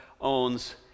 owns